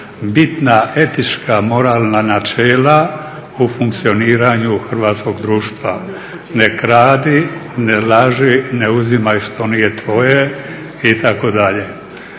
bitna etička moralna načela u funkcioniranju hrvatskog društva. Ne kradi, ne laži, ne uzimaj što nije tvoje itd.